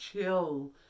chill